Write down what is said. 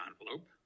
envelope